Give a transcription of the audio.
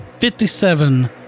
57